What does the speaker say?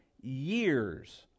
years